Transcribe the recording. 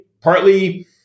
partly